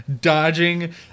dodging